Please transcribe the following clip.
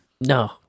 No